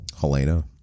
helena